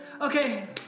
okay